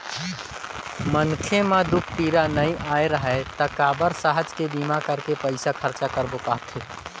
मनखे म दूख पीरा नइ आय राहय त काबर सहज के बीमा करके पइसा खरचा करबो कहथे